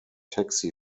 taxi